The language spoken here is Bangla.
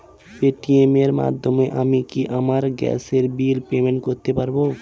পেটিএম এর মাধ্যমে আমি কি আমার গ্যাসের বিল পেমেন্ট করতে পারব?